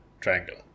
Triangle